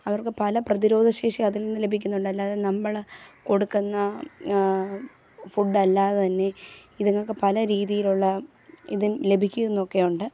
അവർക്ക് പല പ്രതിരോധശേഷി അതിൽ നിന്ന് ലഭിക്കുന്നുണ്ട് അല്ലാതെ നമ്മള് കൊടുക്കുന്ന ഫുഡല്ലാതെ തന്നെ ഇതിങ്ങൾക്ക് പല രീതിയിൽ ഉള്ള ഇത് ലഭിക്കുന്നൊക്കെയൊണ്ട്